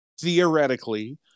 Theoretically